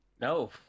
No